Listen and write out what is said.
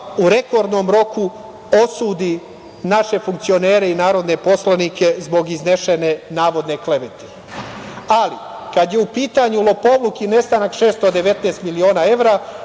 u rekordnom roku osudi naše funkcionere i narodne poslanike zbog iznesene navodne klevete. Ali, kad je u pitanju lopovluk i nestanka 619 miliona evra,